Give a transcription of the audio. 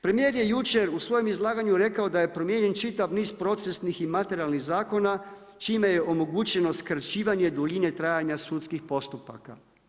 Premijer je jučer u svojem izlaganju rekao da je promijenjen čitav niz procesnih i materijalnih zakona čime je omogućeno skraćivanje duljine trajanja sudskih postupaka.